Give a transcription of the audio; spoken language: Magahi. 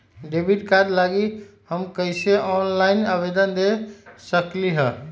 डेबिट कार्ड लागी हम कईसे ऑनलाइन आवेदन दे सकलि ह?